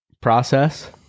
process